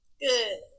Good